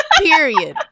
Period